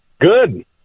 Good